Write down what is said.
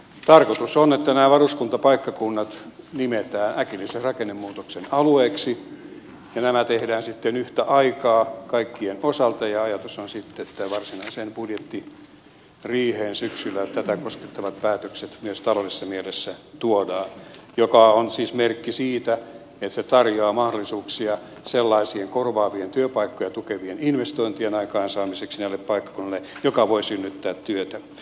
tarkoitus on että nämä varuskuntapaikkakunnat nimetään äkillisen rakennemuutoksen alueiksi ja nämä tehdään sitten yhtä aikaa kaikkien osalta ja ajatus on sitten että varsinaiseen budjettiriiheen syksyllä tätä koskettavat päätökset myös taloudellisessa mielessä tuodaan mikä on siis merkki siitä että se tarjoaa mahdollisuuksia sellaisten korvaavien työpaikkoja tukevien investointien aikaansaamiseksi näille paikkakunnille jotka voivat synnyttää työtä